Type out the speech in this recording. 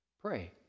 pray